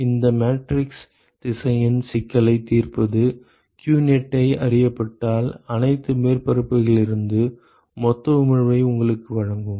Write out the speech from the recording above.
எனவே இந்த மேட்ரிக்ஸ் திசையன் சிக்கலைத் தீர்ப்பது qneti அறியப்பட்டால் அனைத்து மேற்பரப்புகளிலிருந்தும் மொத்த உமிழ்வை உங்களுக்கு வழங்கும்